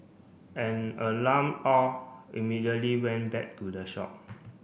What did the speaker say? an alarmed Aw immediately went back to the shop